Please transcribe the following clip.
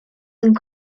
and